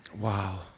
Wow